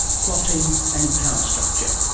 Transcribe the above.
plotting and power structure.